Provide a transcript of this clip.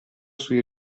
sui